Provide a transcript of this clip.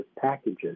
packages